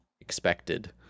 expected